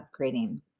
upgrading